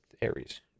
Aries